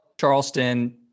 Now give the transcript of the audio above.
Charleston